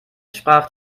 sprach